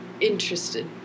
interested